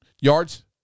Yards